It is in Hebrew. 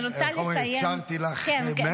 אפשרתי לך מעבר.